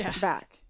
back